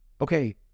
Okay